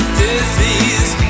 disease